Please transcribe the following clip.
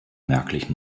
merklich